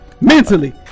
Mentally